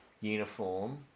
uniform